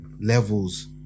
levels